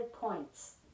points